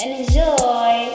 enjoy